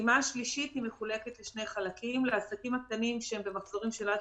הפעימה השלישית מחולקת לשני חלקים לעסקים הקטנים שהם במחזורים של עד